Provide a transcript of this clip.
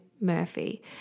Murphy